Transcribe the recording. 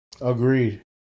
Agreed